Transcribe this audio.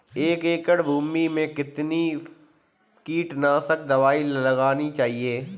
एक एकड़ भूमि में कितनी कीटनाशक दबाई लगानी चाहिए?